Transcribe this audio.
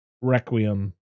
Requiem